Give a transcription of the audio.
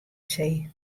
see